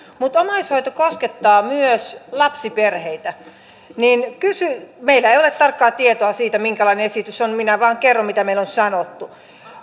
mutta omaishoito koskettaa myös lapsiperheitä meillä ei ole tarkkaa tietoa siitä minkälainen esitys on minä vain kerron mitä meille on sanottu